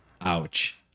Ouch